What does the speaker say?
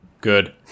good